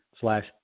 slash